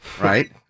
right